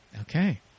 Okay